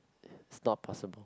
stop possible